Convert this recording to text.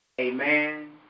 Amen